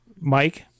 Mike